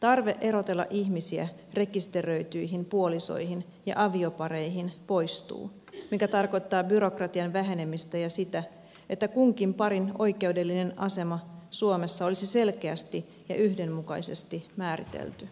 tarve erotella ihmisiä rekisteröityihin puolisoihin ja aviopareihin poistuu mikä tarkoittaa byrokratian vähenemistä ja sitä että kunkin parin oikeudellinen asema suomessa olisi selkeästi ja yhdenmukaisesti määritelty